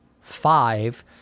five